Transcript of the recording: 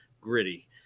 Gritty